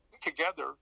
together